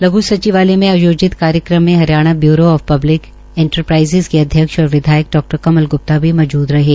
लघ् सचिवालय में आयोजित कार्यक्रम में Haryana bureau of public enterprises के अध्यक्ष और विद्यायक डा कमल ग्प्ता भी मौजूद थे